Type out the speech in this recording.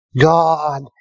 God